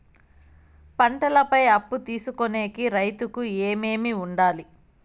పంటల పై అప్పు తీసుకొనేకి రైతుకు ఏమేమి వుండాలి?